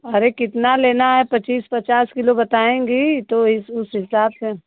अरे कितना लेना है पच्चीस पचास किलो बताएँगी तो इस उस हिसाब से